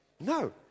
No